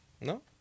No